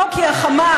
לא, כי החמאס.